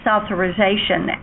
Authorization